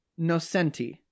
Nocenti